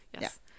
yes